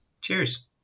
Cheers